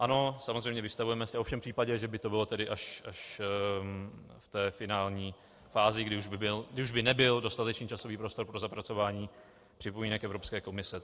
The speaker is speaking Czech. Ano, samozřejmě, vystavujeme se, ovšem v případě, že by to bylo až v té finální fázi, kdy už by nebyl dostatečný časový prostor pro zapracování připomínek Evropské komise.